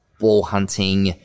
ball-hunting